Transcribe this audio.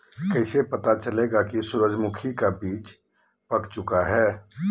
कैसे पता चलेगा की सूरजमुखी का बिज पाक चूका है?